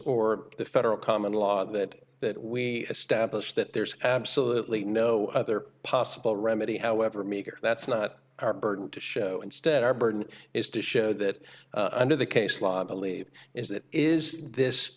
or the federal common law that that we establish that there's absolutely no other possible remedy however meager that's not our burden to show instead our burden is to show that under the case law believe is that is this